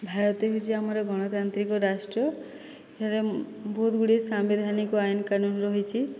ଭାରତ ହେଉଛି ଆମର ଗଣତାନ୍ତ୍ରିକ ରାଷ୍ଟ୍ର ଏଠାରେ ବହୁତଗୁଡ଼ିଏ ସାମ୍ବିଧାନିକ ଆଇନ କାନୁନ୍ ରହିଛି